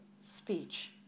speech